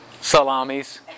Salamis